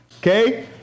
okay